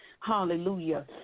hallelujah